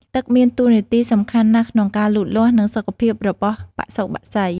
ទឹកមានតួនាទីសំខាន់ណាស់ក្នុងការលូតលាស់ និងសុខភាពរបស់បសុបក្សី។